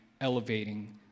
elevating